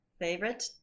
favorite